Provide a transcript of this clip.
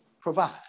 provide